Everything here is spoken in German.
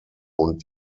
und